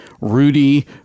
Rudy